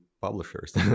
publishers